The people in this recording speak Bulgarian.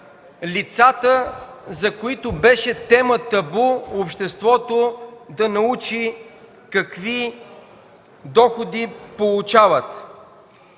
лицата, за които беше темата табу обществото да научи какви доходи получават.